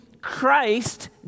Christ